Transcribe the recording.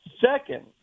Second